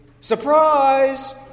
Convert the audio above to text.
surprise